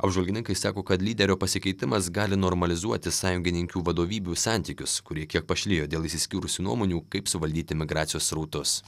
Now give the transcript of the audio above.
apžvalgininkai sako kad lyderio pasikeitimas gali normalizuoti sąjungininkių vadovybių santykius kurie kiek pašlijo dėl išsiskyrusių nuomonių kaip suvaldyti migracijos srautus